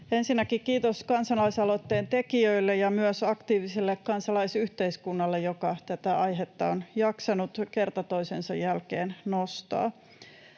Ensinnäkin kiitos kansalaisaloitteen tekijöille ja myös aktiiviselle kansalaisyhteiskunnalle, joka tätä aihetta on jaksanut kerta toisensa jälkeen nostaa.